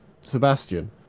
Sebastian